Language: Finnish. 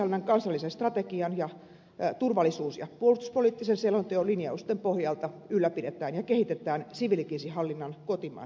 siviilikriisinhallinnan kansallisen strategian ja turvallisuus ja puolustuspoliittisen selonteon linjausten pohjalta ylläpidetään ja kehitetään siviilikriisinhallinnan kotimaan valmiuksia